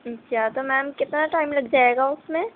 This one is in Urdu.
اچھا تو میم کتنا ٹائم لگ جائے گا اس میں